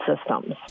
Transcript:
systems